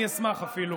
אני אשמח אפילו.